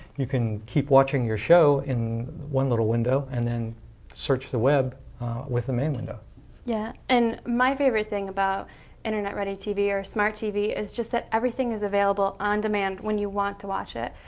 you can keep watching your show in one little window and then search the web with the main window. tara yeah. and my favorite thing about internet-ready tv, or smart tv, is just that everything is available on demand when you want to watch it.